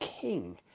king